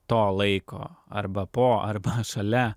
to laiko arba po arba šalia